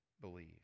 believe